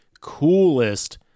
coolest